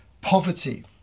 poverty